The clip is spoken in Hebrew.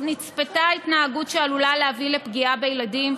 אך נצפתה התנהגות שעלולה להביא לפגיעה בילדים,